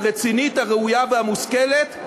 הרצינית, הראויה והמושכלת.